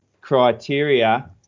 criteria